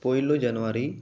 ᱯᱩᱭᱞᱩ ᱡᱟᱱᱩᱣᱟᱨᱤ